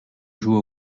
joue